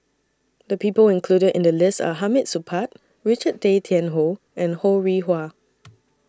The People included in The list Are Hamid Supaat Richard Tay Tian Hoe and Ho Rih Hwa